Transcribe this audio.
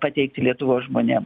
pateikti lietuvos žmonėm